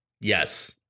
Yes